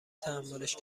تحملش